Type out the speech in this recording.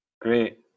Great